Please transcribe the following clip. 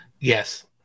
Yes